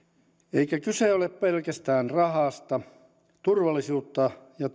eikä kyse ole pelkästään rahasta turvallisuutta ja